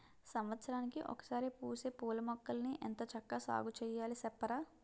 సంవత్సరానికి ఒకసారే పూసే పూలమొక్కల్ని ఎంత చక్కా సాగుచెయ్యాలి సెప్పరా?